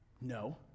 No